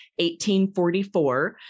1844